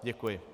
Děkuji.